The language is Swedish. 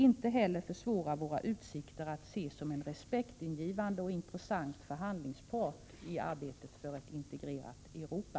Inte heller skulle det försvåra våra utsikter att ses som en respektingivande och intressant förhandlingspart i arbetet för ett integrerat Europa.